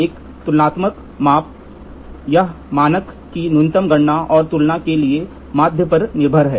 एक तुलनात्मक माप यह मानक की न्यूनतम गणना और तुलना के लिए माध्य पर निर्भर है